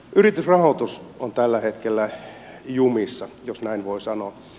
yritysrahoitus on tällä hetkellä jumissa jos näin voi sanoa